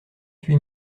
huit